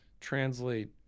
translate